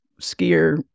skier